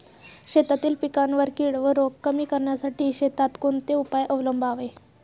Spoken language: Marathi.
शेतातील पिकांवरील कीड व रोग कमी करण्यासाठी शेतात कोणते उपाय अवलंबावे?